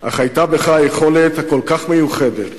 אך היתה בך היכולת הכל-כך מיוחדת